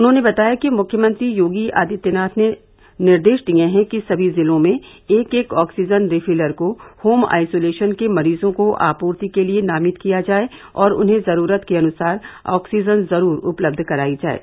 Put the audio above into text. उन्होंने बताया कि मुख्यमंत्री योगी आदित्यनाथ ने निर्देश दिये है कि सभी जिलों में एक एक ऑक्सीजन रिफिलर को होम आइसोलेशन के मरीजों को आपूर्ति करने के लिये नामित किया जाये और उन्हें जरूरत के अनुसार ऑक्सीजन जरूर उपलब्ध कराई जाये